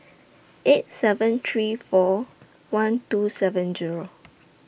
eight seven three four one two seven Zero